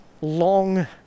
long